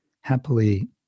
happily